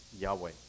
Yahweh